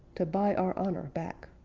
to buy our honor back.